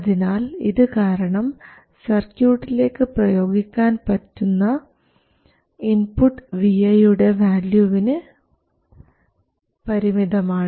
അതിനാൽ ഇതുകാരണം സർക്യൂട്ടിലേക്ക് പ്രയോഗിക്കാൻ പറ്റുന്ന ഇൻപുട്ട് vi യുടെ വാല്യൂവിന് പരിമിതമാണ്